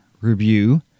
review